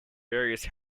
various